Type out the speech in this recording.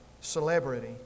celebrity